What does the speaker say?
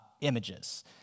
images